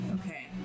Okay